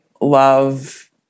love